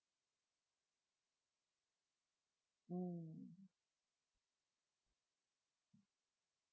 mm